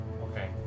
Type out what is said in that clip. Okay